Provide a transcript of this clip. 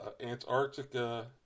Antarctica